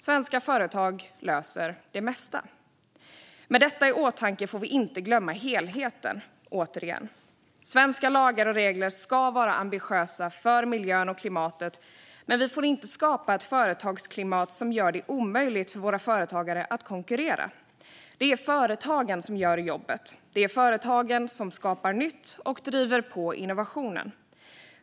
Svenska företagare löser det mesta. Med detta i åtanke får vi, återigen, inte glömma helheten. Svenska lagar och regler ska vara ambitiösa för miljön och klimatet, men vi får inte skapa ett företagsklimat som gör det omöjligt för våra företagare att konkurrera. Det är företagen som gör jobbet. Det är företagen som skapar nytt och driver på innovationen.